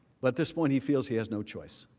but this point he feels he has no choice.